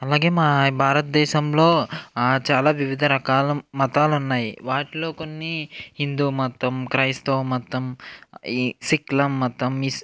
అలాగే మా భారతదేశంలో చాలా వివిధ రకాల మతాలున్నాయి వాటిలో కొన్ని హిందూ మతం క్రైస్తవ మతం ఈ సిక్కుల మతం ఇస్